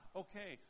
okay